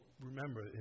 remember